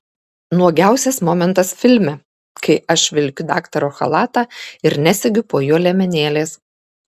nuogiausias momentas filme kai aš vilkiu daktaro chalatą ir nesegiu po juo liemenėlės